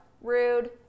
rude